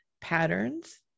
patterns